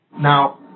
Now